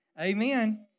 Amen